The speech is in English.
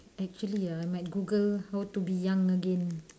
actually ah might google how to be young again